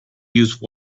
use